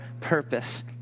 purpose